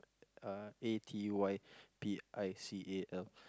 uh A T Y P I C A L